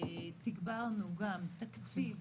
תגברנו גם תקציב